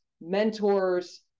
mentors